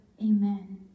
amen